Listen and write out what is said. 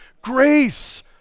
grace